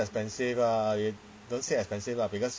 not just expensive lah you don't say expensive lah because